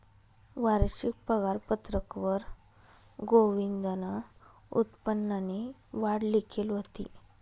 वारशिक पगारपत्रकवर गोविंदनं उत्पन्ननी वाढ लिखेल व्हती